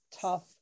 tough